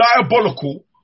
diabolical